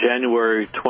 january